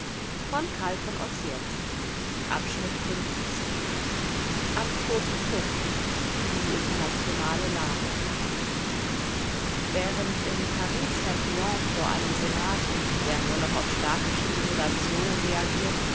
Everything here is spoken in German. am toten punkt die internationale lage während in paris herr briand vor einem senat der nur noch auf starke stimulantien reagiert